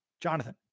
Jonathan